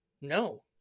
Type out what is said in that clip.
No